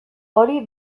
hori